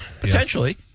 Potentially